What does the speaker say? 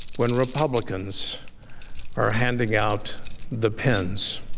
when republicans are handing out the pens.